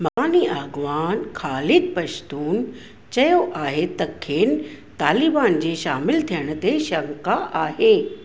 मकानी अॻवान ख़ालिद पश्तून चयो आहे त खेनि तालिबान जे शामिलु थियणु ते शंका आहे